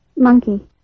Monkey